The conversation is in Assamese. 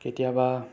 কেতিয়াবা